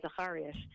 Zacharias